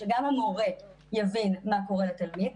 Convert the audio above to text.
שגם המורה יבין מה קורה לתלמיד,